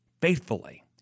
faithfully